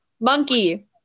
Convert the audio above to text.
monkey